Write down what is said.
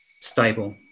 stable